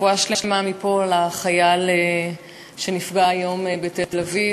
רפואה שלמה מפה לחייל שנפגע היום בתל-אביב,